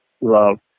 love